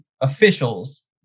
officials